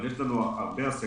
אבל יש לנו הרבה עסקים